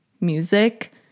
music